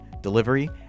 delivery